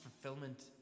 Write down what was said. fulfillment